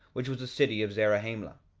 which was the city of zarahemla.